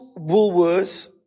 Woolworths